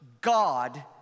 God